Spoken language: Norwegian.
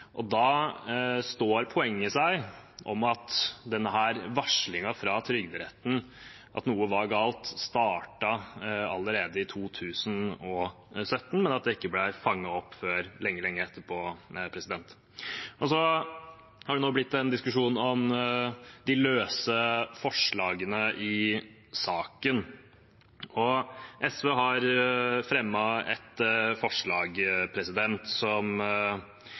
Da står poenget seg – at varslingen fra Trygderetten om at noe var galt, startet allerede i 2017, men at det ikke ble fanget opp før lenge, lenge etterpå. Så har det nå blitt en diskusjon om de løse forslagene i saken. SV har fremmet et forslag som